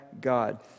God